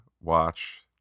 watch